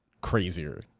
crazier